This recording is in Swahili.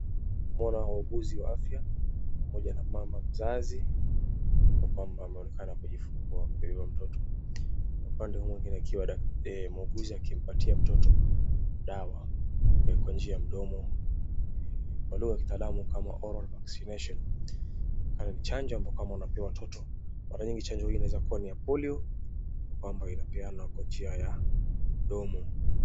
Namwona wauguzi wa afya, mmoja na mama mzazi ambapo kwamba anaonekana kujifungua kwa hivo mtoto. Na upande huu mwingine akiwa muuguzi akimpatia mtoto dawa kwa njia ya mdomo wahudumu wakitalamu kama oral vaccination inaonekana ni chanjo ambayo kwamba wanapea watoto. Mara nyingi chanjo hii inaweza kuwa ni ya polio ambayo kwamba inapeanwa kwa njia ya mdomo.